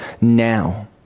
now